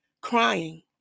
crying